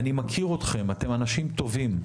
אני מכיר אתכם, אתם אנשים טובים.